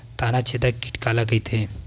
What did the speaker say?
तनाछेदक कीट काला कइथे?